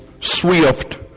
swift